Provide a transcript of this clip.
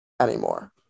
anymore